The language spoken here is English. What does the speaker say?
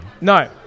no